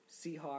Seahawks